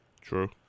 True